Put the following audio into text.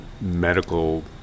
medical